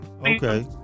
okay